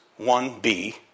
1b